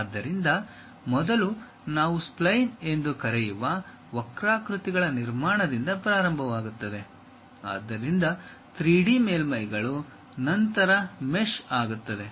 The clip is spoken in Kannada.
ಆದ್ದರಿಂದ ಮೊದಲು ನಾವು ಸ್ಪ್ಲೈನ್ಸ್ ಎಂದು ಕರೆಯುವ ವಕ್ರಾಕೃತಿಗಳ ನಿರ್ಮಾಣದಿಂದ ಪ್ರಾರಂಭವಾಗುತ್ತದೆ ಅದರಿಂದ 3D ಮೇಲ್ಮೈಗಳು ನಂತರ ಮೆಶ್ ಆಗುತ್ತದೆ